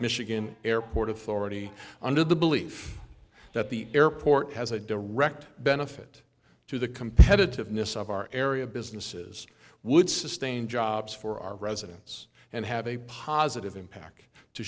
michigan airport authority under the belief that the airport has a direct benefit to the competitiveness of our area businesses would sustain jobs for our residents and have a positive impact to